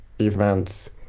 events